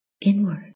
inward